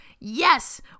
Yes